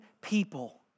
people